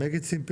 Make it simple.